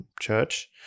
church